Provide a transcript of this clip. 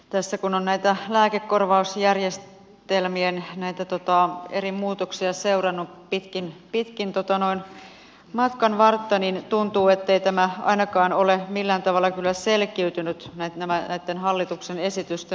tässä kun on näitä lääkekorvausjärjestelmien eri muutoksia seurannut pitkin matkanvartta niin tuntuu ettei tämä ainakaan ole millään tavalla kyllä selkiytynyt näitten hallituksen esitysten myötä